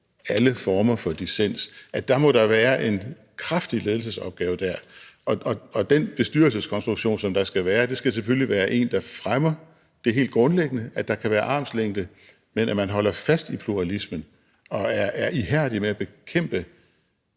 alle former for dissens, altså at der dér må være en kraftig ledelsesopgave. Og den bestyrelseskonstruktion, der skal være, skal selvfølgelig være en, der fremmer det helt grundlæggende, altså at der kan være en armslængde, men at man holder fast i pluralismen og er ihærdig med at bekæmpe